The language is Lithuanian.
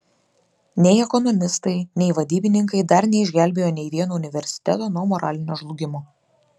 nei ekonomistai nei vadybininkai dar neišgelbėjo nei vieno universiteto nuo moralinio žlugimo